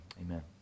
Amen